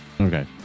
Okay